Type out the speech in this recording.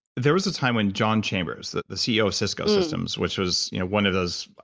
there was a time when john chambers, the the ceo of cisco systems, which was you know one of those,